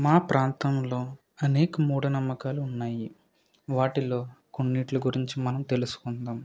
మా ప్రాంతంలో అనేక మూఢ నమ్మకాలు ఉన్నాయి వాటిలో కొన్నిటి గురించి మనం తెలుసుకుందాం